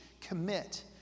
commit